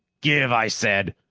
give, i said!